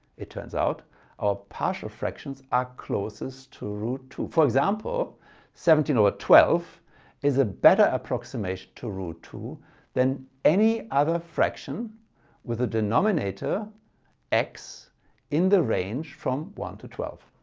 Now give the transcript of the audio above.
it turns out our partial fractions are closest to root two. for example seventeen over twelve is a better approximation to root two than any other fraction with the denominator x in the range from one to twelve.